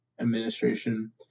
Administration